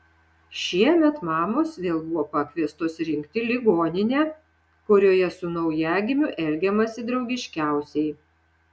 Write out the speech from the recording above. šiemet mamos vėl buvo pakviestos rinkti ligoninę kurioje su naujagimiu elgiamasi draugiškiausiai